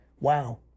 Wow